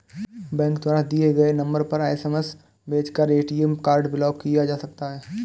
bank द्वारा दिए गए नंबर पर एस.एम.एस भेजकर ए.टी.एम कार्ड ब्लॉक किया जा सकता है